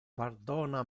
pardona